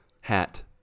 hat